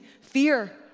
fear